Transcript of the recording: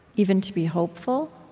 even to be hopeful.